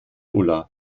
ulla